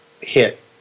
hit